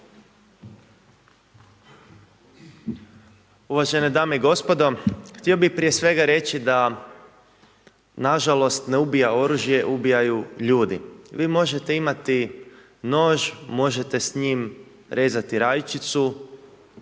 Uvažene dame i gospodo, htio bi prije svega reći da nažalost ne ubija oružje, ubijaju ljudi. Vi možete imati nož, možete s njim rezati rajčicu